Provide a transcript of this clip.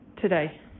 today